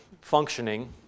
functioning